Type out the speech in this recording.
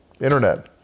internet